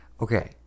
okay